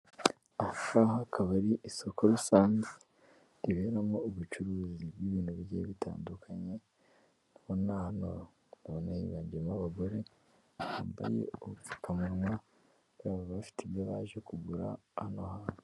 Aha ngaha akaba ari isoko risanzwe, riberamo ubucuruzi bw'ibintu bigiye bitandukanye, ndabona hano hagiyemo abagore bambaye ubupfukamunwa, buriya baba bafite ibyo baje kugura hano hantu.